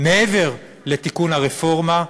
מעבר לתיקון הרפורמה,